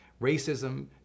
racism